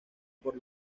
por